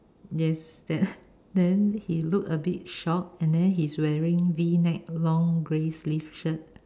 yes then he look a bit shocked and then he's wearing V neck long grey sleeve shirt